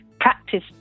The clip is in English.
practice